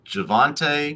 Javante